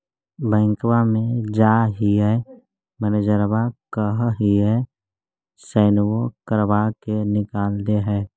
बैंकवा मे जाहिऐ मैनेजरवा कहहिऐ सैनवो करवा के निकाल देहै?